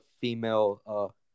female